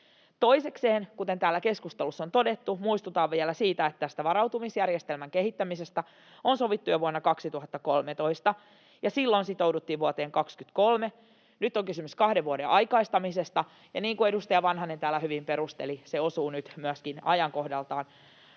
Toisekseen, kuten täällä keskustelussa on todettu, muistutan vielä siitä, että tästä varautumisjärjestelmän kehittämisestä on sovittu jo vuonna 2013, ja silloin sitouduttiin vuoteen 23. Nyt on kysymys kahden vuoden aikaistamisesta. Ja niin kuin edustaja Vanhanen täällä hyvin perusteli, se osuu nyt myöskin ajankohdaltaan